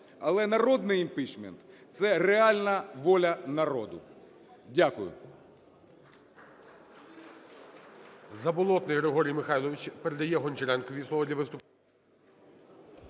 Але народний імпічмент – це реальна воля народу. Дякую.